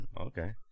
Okay